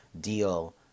deal